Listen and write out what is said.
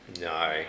No